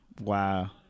Wow